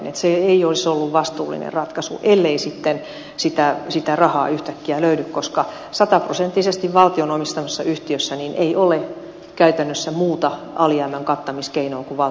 se ei olisi ollut vastuullinen ratkaisu ellei sitten sitä rahaa yhtäkkiä löydy koska sataprosenttisesti valtion omistamassa yhtiössä ei ole käytännössä muuta alijäämän kattamiskeinoa kuin valtion budjetti